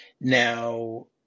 Now